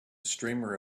streamer